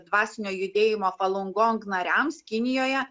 dvasinio judėjimo falungong nariams kinijoje